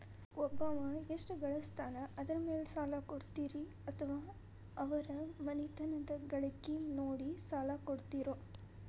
ಒಬ್ಬವ ಎಷ್ಟ ಗಳಿಸ್ತಾನ ಅದರ ಮೇಲೆ ಸಾಲ ಕೊಡ್ತೇರಿ ಅಥವಾ ಅವರ ಮನಿತನದ ಗಳಿಕಿ ನೋಡಿ ಸಾಲ ಕೊಡ್ತಿರೋ?